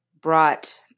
brought